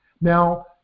Now